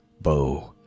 bow